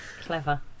Clever